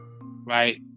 Right